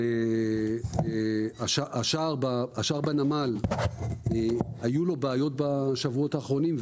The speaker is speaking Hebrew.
לשער בנמל היו בעיות בשבועות האחרונים,